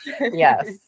Yes